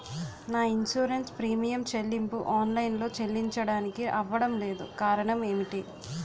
నా insurance premium చెల్లింపు online లో చెల్లించడానికి అవ్వడం లేదు కారణం ఏమిటి?